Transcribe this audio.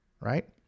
right